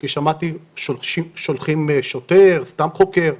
שמעתי ששולחים שוטר או סתם חוקר,